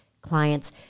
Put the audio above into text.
clients